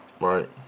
Right